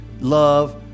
love